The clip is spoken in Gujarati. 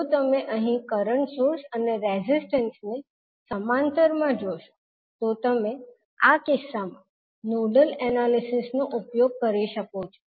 જો તમે અહીં કરંટ સોર્સ અને રેઝિસ્ટન્સ ને સમાંતરમાં જોશો તો તમે આ કિસ્સામાં નોડલ એનાલિસિસનો ઉપયોગ કરી શકો છો